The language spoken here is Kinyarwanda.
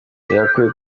birakwiye